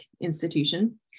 institution